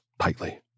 tightly